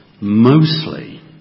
Mostly